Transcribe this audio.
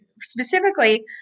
specifically